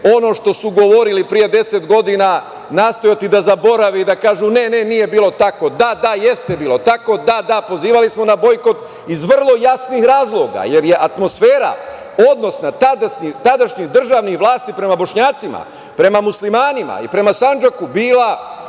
ono što su govorili pre deset godina nastojati da zaborave i kažu – ne, ne nije bilo tako, da, da jeste bilo tako, da, da pozivali smo na bojkot iz vrlo jasnih razloga, jer je atmosfera, odnos tadašnjih državnih vlasti prema Bošnjacima, prema muslimanima i prema Sandžaku bila